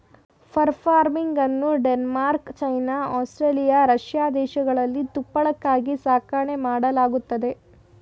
fur ಫಾರ್ಮಿಂಗನ್ನು Denmark, China, Australia, Russia ದೇಶಗಳಲ್ಲಿ ತುಪ್ಪಳಕ್ಕಾಗಿ ಸಾಕಣೆ ಮಾಡಲಾಗತ್ತದೆ